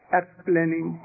explaining